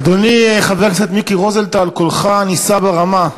אדוני חבר הכנסת מיקי רוזנטל, קולך נישא ברמה.